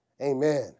Amen